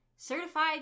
Certified